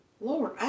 Lord